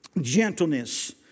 gentleness